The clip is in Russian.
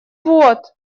вот